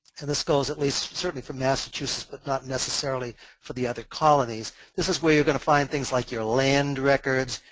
and this goes at least for massachusetts, but not necessarily for the other colonies, this is where you're going to find things like your land records,